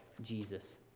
Jesus